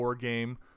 game